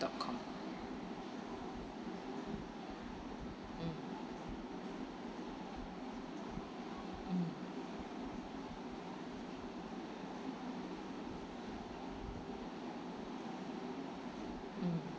dot com mm mm mm